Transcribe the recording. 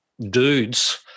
dudes